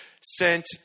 sent